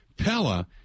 Pella